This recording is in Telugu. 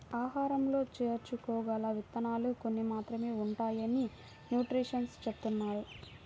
ఆహారంలో చేర్చుకోగల విత్తనాలు కొన్ని మాత్రమే ఉంటాయని న్యూట్రిషన్స్ చెబుతున్నారు